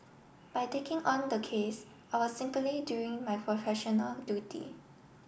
by taking on the case I was simply doing my professional duty